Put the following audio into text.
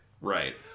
Right